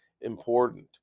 important